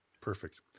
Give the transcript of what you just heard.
Perfect